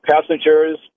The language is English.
passengers